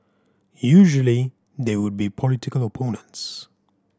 usually they would be political opponents